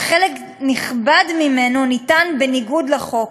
שחלק נכבד ממנו ניתן בניגוד לחוק.